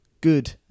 good